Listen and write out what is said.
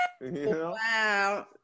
Wow